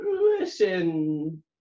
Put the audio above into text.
Listen